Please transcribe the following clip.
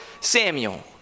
Samuel